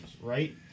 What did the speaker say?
Right